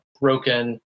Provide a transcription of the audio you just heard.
broken